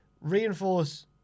Reinforce